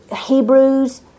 Hebrews